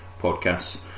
podcasts